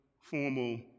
formal